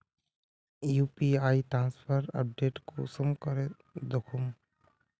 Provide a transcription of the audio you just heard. UPI transfer update कुंसम करे दखुम?